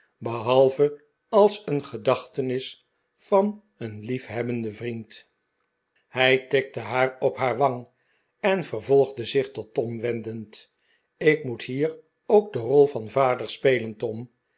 behalve als een gedachtenis van een liefhebbenden vriend hij tikte haar op haar wang en vervolgde zich tot tom wendend ik moet hier ook de rol van vader spelen tom